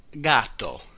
gatto